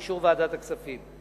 באישור ועדת הכספים.